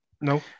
No